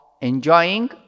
enjoying